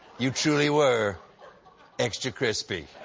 you truly were extra crispy.